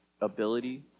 ability